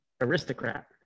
aristocrat